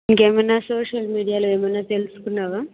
ఇంకేమన్నా సోషల్ మీడియాలో ఏమన్నా తెలుసుకున్నావా